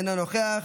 אינו נוכח,